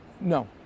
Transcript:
no